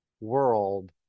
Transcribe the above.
world